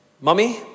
Mummy